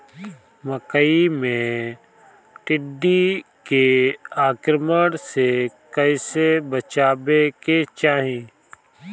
मकई मे टिड्डी के आक्रमण से कइसे बचावे के चाही?